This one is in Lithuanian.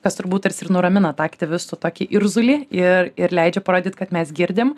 kas turbūt tarsi ir nuramina tą aktyvistų tokį irzulį ir ir leidžia parodyt kad mes girdim